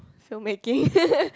film making